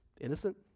innocent